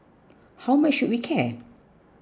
how much should we care